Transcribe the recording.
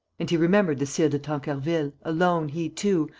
and he remembered the sire de tancarville, alone, he too,